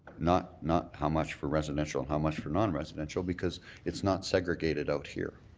not not how much for residential, how much for non-residential, because it's not segregated out here.